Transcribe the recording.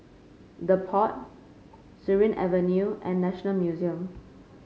The Pod Surin Avenue and National Museum